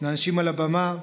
לאנשים על הבמה,